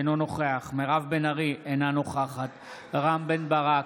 אינו נוכח מירב בן ארי, אינה נוכחת רם בן ברק,